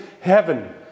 heaven